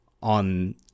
on